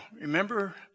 remember